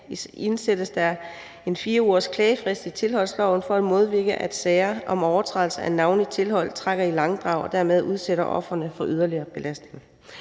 indsættes der en 4-ugersklagefrist i tilholdsloven for at modvirke, at sager om overtrædelse af navnlig tilhold trækker i langdrag og dermed udsætter ofrene for yderligere belastning.